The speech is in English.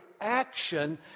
action